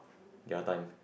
the other time